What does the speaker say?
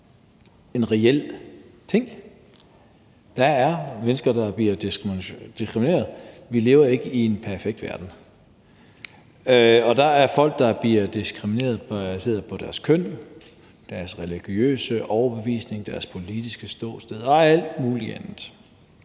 en reel ting. Der er mennesker, der bliver diskrimineret, for vi lever ikke i en perfekt verden. Og der er folk, der bliver diskrimineret på deres køn, deres religiøse overbevisning, deres politiske ståsted og alt muligt andet.